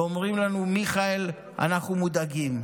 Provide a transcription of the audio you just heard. ואומרים לנו: אנחנו מודאגים.